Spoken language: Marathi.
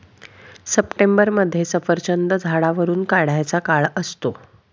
सप्टेंबरमध्ये सफरचंद झाडावरुन काढायचा काळ असतो